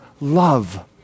love